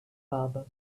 father